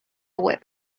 web